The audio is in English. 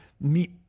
meet